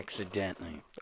Accidentally